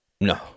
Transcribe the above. No